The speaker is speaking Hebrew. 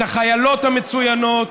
את החיילות המצוינות,